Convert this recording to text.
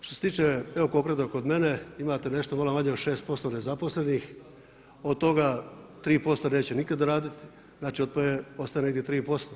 Što se tiče evo konkretno kod mene, imate nešto malo manje od 6% nezaposlenih, od toga 3% neće nikada raditi, znači ostaje negdje 3%